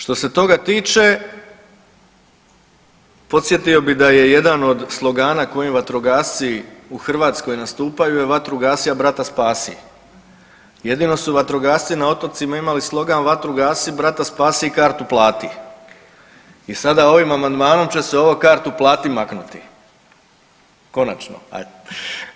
Što se toga tiče podsjetio bi da je jedan od slogana kojim vatrogasci u Hrvatskoj nastupaju je „vatru gasi, a brata spasi“, jedino su vatrogasci na otocima imali slogan „vatru gasi, brata i kartu plati“ i sada ovim amandmanom će se ovo kartu plati maknuti, konačno ajd.